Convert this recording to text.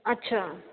अच्छा